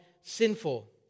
sinful